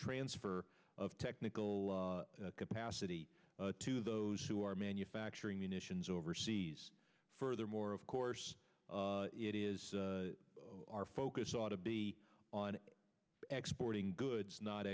transfer of technical capacity to those who are manufacturing munitions overseas furthermore of course it is our focus ought to be on export ing goods not